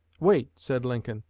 wait, said lincoln,